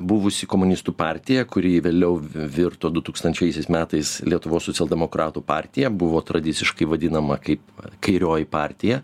buvusi komunistų partija kuri vėliau virto dutūkstančiaisiais metais lietuvos socialdemokratų partija buvo tradiciškai vadinama kaip kairioji partija